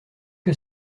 que